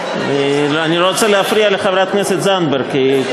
אני לא רוצה להפריע לחברת הכנסת זנדברג,